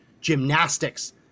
gymnastics